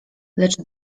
lecz